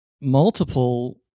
multiple